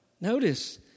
Notice